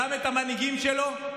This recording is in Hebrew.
גם את המנהיגים שלו?